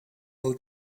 all